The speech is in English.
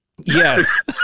yes